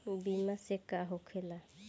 बीमा से का होखेला?